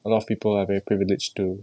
a lot of people are very privileged to